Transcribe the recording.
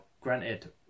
Granted